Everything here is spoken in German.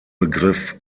begriff